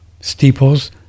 steeples